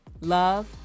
love